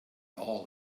all